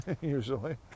usually